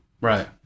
Right